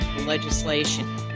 legislation